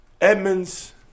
Edmonds